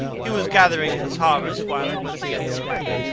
he was gathering his harvest while it was yet spring.